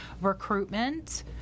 recruitment